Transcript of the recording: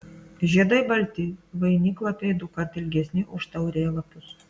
žiedai balti vainiklapiai dukart ilgesni už taurėlapius